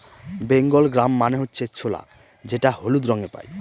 Bengal gram মানে হচ্ছে ছোলা যেটা হলুদ রঙে পাই